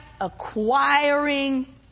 acquiring